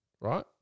right